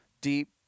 deep